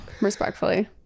Respectfully